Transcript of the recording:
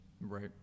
Right